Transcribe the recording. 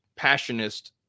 passionist